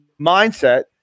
mindset